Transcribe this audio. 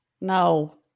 No